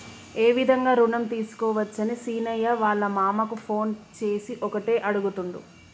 ఏ విధంగా రుణం తీసుకోవచ్చని సీనయ్య వాళ్ళ మామ కు ఫోన్ చేసి ఒకటే అడుగుతుండు